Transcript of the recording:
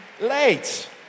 late